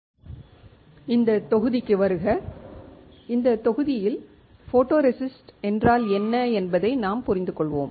introduction to IC fabrication technology தொடர்கிறது இந்த தொகுதிக்கு வருக இந்த தொகுதியில் போட்டோரெசிஸ்ட் என்றால் என்ன என்பதை நாம் புரிந்துகொள்வோம்